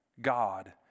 God